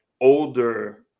older